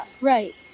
right